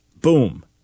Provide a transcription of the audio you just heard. Boom